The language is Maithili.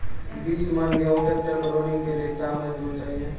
बीस मन गेहूँ ट्रैक्टर पर लोडिंग के लिए क्या मजदूर चाहिए?